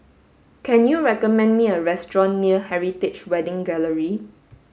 can you recommend me a restaurant near Heritage Wedding Gallery